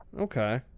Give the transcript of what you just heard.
Okay